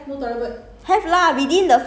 I don't know 抽半支烟 you know